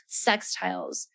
sextiles